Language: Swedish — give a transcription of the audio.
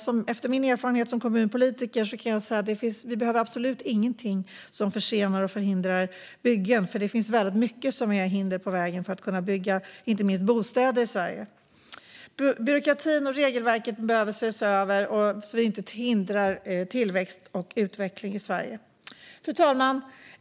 Utifrån min erfarenhet som kommunpolitiker kan jag säga: Vi behöver absolut ingenting som försenar och förhindrar byggen, för det finns väldigt många hinder på vägen när det gäller att bygga inte minst bostäder i Sverige. Byråkratin och regelverket behöver ses över så att vi inte hindrar tillväxt och utveckling i Sverige. Fru talman!